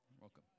Welcome